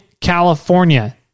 California